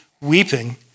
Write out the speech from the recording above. weeping